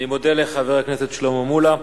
אני מודה לחבר הכנסת שלמה מולה.